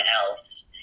else